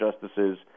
justices